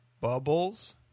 Bubbles